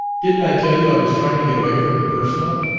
didn't i tell you i was trying to get away from the personal?